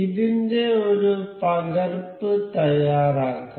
ഇതിന്റെ ഒരു പകർപ്പ് തയ്യാറാക്കാം